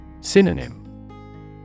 Synonym